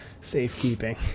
Safekeeping